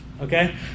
okay